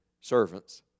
servants